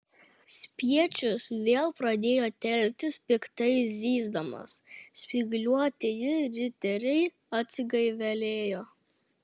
spiečius vėl pradėjo telktis piktai zyzdamas spygliuotieji riteriai atsigaivelėjo